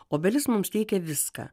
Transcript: obelis mums teikia viską